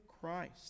Christ